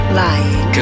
lying